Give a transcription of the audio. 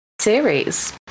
Series